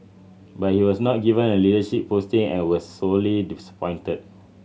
but he was not given a leadership posting and was sorely disappointed